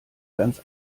ganz